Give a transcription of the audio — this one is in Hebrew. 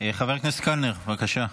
חבר הכנסת קלנר, בבקשה.